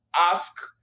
ask